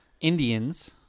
Indians